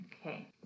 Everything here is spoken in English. Okay